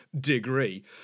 degree